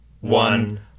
one